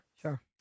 Sure